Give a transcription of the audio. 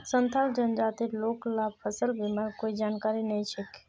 संथाल जनजातिर लोग ला फसल बीमार कोई जानकारी नइ छेक